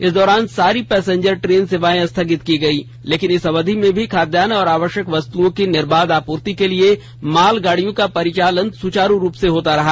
इस दौरान सारी पैसेंजर ट्रेन सेवाएं स्थगित की गई लेकिन इस अवधि में भी खाद्यान्न और आवश्यक वस्तुओं की निर्बाध आपूर्ति के लिए माल गाड़ियों का परिचालन सुचारू रूप से होता रहा